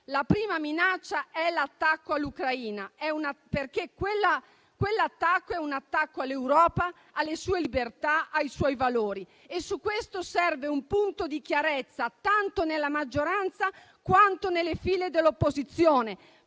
la prima minaccia è l'attacco all'Ucraina, perché quello è un attacco all'Europa, alle sue libertà, ai suoi valori. Su questo serve un punto di chiarezza tanto nella maggioranza quanto nelle file dell'opposizione,